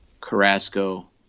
Carrasco